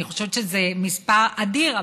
אני חושבת שזה מספר אדיר,